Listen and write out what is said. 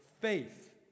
faith